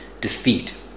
defeat